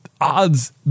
odds